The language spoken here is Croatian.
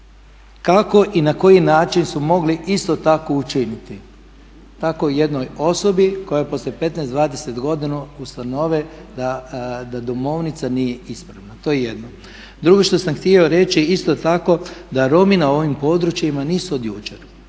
kako i na koji način su mogli isto tako učiniti tako jednoj osobi koja je poslije 15, 20 godina ustanove da domovnica nije ispravna, to je jedno. Drugo što sam htio reći, isto tako da Romi na ovim područjima nisu od jučer,